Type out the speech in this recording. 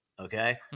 Okay